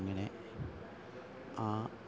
അങ്ങനെ ആ